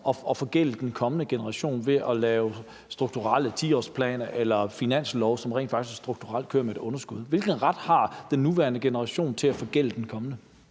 at forgælde den kommende generation ved at lave strukturelle 10-årsplaner eller finanslove, som rent faktisk strukturelt kører med et underskud? Hvilken ret har den nuværende generation til at forgælde den kommende?